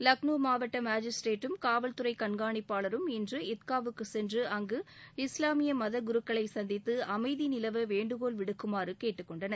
லக்னோ மாவட்ட மேஜிஸ்த்ரேட்டும் காவல்துறை கண்காணிப்பாளரும் இன்று இத்காவுக்கு சென்று அங்கு இஸ்லாமிய மத குருக்களை சந்தித்து அமைதி நிலக வேண்டுகோள் விடுக்குமாறு கேட்டுக் கொண்டனர்